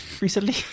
recently